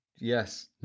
Yes